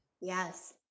yes